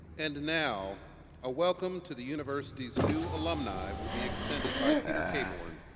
and now a welcome to the university's new alumni will be extended by peter caborn,